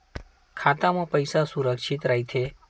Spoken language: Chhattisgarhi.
खाता मा पईसा सुरक्षित राइथे?